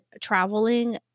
traveling –